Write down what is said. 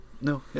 no